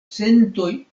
centoj